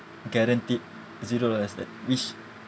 guaranteed zero dollars that which